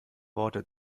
worte